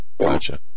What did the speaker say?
Gotcha